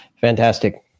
fantastic